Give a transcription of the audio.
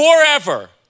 forever